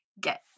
get